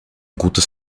gutes